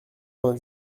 vingt